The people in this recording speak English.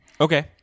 okay